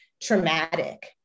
traumatic